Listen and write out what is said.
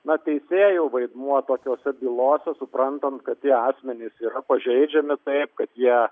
na teisėjų vaidmuo tokiose bylose suprantant kad tie asmenys yra pažeidžiami taip kad jie